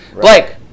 Blake